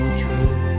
true